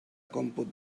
còmput